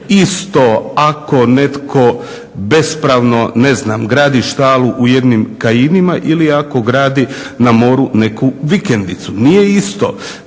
isto ako netko bespravno ne znam gradi štalu u jednim Kajinima ili ako gradi na moru neku vikendicu. Nije isto